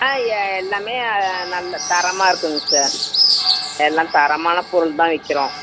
ஆ எ எல்லாமே நல்ல தரமாக இருக்குங்க சார் எல்லாம் தரமான பொருள் தான் விற்கிறோம்